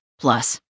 plus